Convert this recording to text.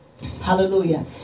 Hallelujah